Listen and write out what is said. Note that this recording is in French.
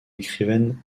écrivaine